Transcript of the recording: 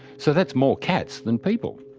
so that's more cats than people.